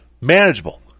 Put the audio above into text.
Manageable